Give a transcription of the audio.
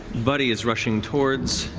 buddy is rushing towards